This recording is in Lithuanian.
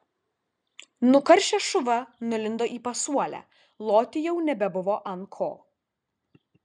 nukaršęs šuva nulindo į pasuolę loti jau nebebuvo ant ko